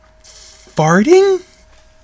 farting